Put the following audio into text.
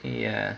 ya